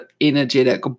energetic